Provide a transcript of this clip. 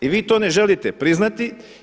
I vi to ne želite priznati.